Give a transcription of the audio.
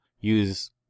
use